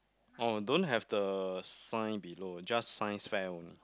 oh don't have the sign below just science fair only